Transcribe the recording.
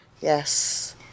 Yes